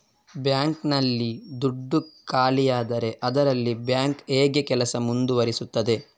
Bank ನಲ್ಲಿ ದುಡ್ಡು ಖಾಲಿಯಾದರೆ ಅದರಲ್ಲಿ ಬ್ಯಾಂಕ್ ಹೇಗೆ ಕೆಲಸ ಮುಂದುವರಿಸುತ್ತದೆ?